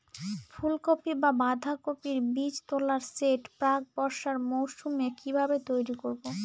ফুলকপি বা বাঁধাকপির বীজতলার সেট প্রাক বর্ষার মৌসুমে কিভাবে তৈরি করব?